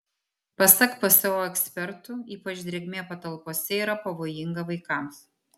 pasak pso ekspertų ypač drėgmė patalpose yra pavojinga vaikams